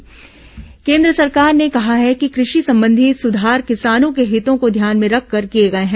तोमर किसान केन्द्र सरकार ने कहा है कि कृषि संबंधी सुधार किसानों के हितों को ध्यान में रखकर किए गए हैं